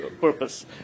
purpose